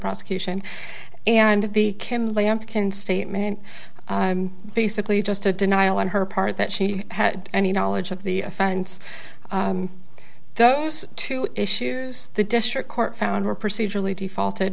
prosecution and became lampkin statement basically just a denial on her part that she had any knowledge of the offense those two issues the district court found were procedurally defaulted